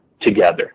together